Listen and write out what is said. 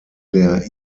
der